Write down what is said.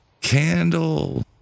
Candle